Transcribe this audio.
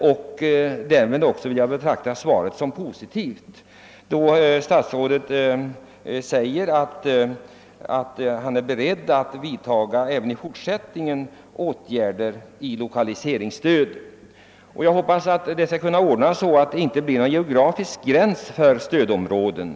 Jag vill också betrakta svaret som positivt, då statsrådet säger att han även i fortsättningen är beredd att vidta åtgärder för att ge lokaliseringsstöd. Jag hoppas att det skall kunna ordnas så, att det inte blir någon geografisk gräns för stödområdet.